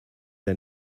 der